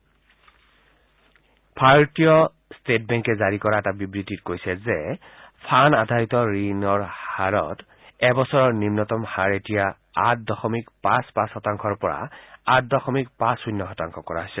S B I এ জাৰি কৰা এটা বিবৃতিত কৈছে যে ফান আধাৰিত ঋণ হাৰত এবছৰৰ নিন্নতম হাৰ এতিয়া আঠ দশমিক পাঁচ পাঁচ শতাংশৰ পৰা আঠ দশমিক পাঁচ শুণ্য শতাংশ কৰা হৈছে